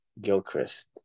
Gilchrist